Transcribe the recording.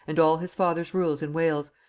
and all his father's rules in wales,